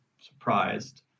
surprised